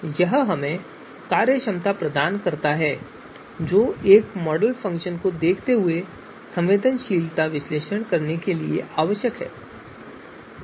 यह हमें वह कार्यक्षमता प्रदान करता है जो एक मॉडल फ़ंक्शन को देखते हुए संवेदनशीलता विश्लेषण करने के लिए आवश्यक है